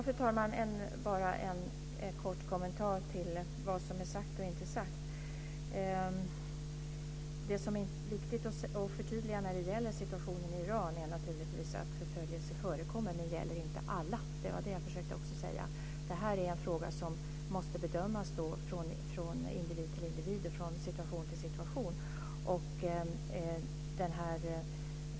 Fru talman! Jag vill göra en kort kommentar till vad som är sagt och inte sagt. Det som är viktigt att förtydliga när det gäller situationen i Iran är naturligtvis att förföljelse förekommer men inte gäller alla. Det var det jag försökte säga. Detta är en fråga som måste bedömas från individ till individ och från situation till situation.